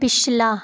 पिछला